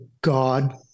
God